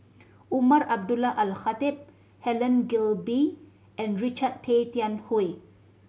Umar Abdullah Al Khatib Helen Gilbey and Richard Tay Tian Hoe